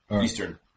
Eastern